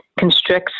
constricts